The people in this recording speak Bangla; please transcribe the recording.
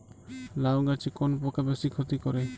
লাউ গাছে কোন পোকা বেশি ক্ষতি করে?